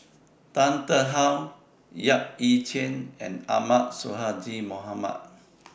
Tan Tarn How Yap Ee Chian and Ahmad Sonhadji Mohamad